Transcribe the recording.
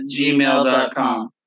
gmail.com